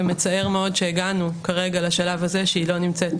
ומצער מאוד שהגענו כרגע לשלב הזה שהיא לא נמצאת,